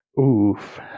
Oof